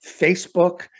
Facebook